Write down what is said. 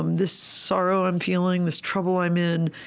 um this sorrow i'm feeling, this trouble i'm in,